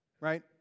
right